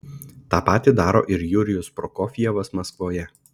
tą patį daro ir jurijus prokofjevas maskvoje